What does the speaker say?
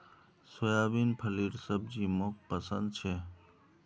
soybean फलीर सब्जी मोक पसंद छे